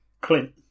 Clint